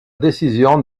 décision